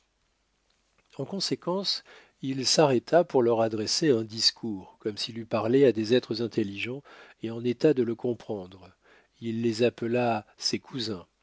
en conséquence il s'arrêta pour leur adresser un discours comme s'il eût parlé à des êtres intelligents et en état de le comprendre il les appela ses cousins